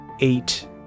eight